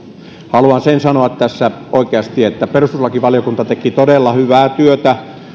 haluan sen sanoa tässä oikeasti että perustuslakivaliokunta teki todella hyvää työtä